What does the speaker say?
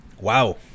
Wow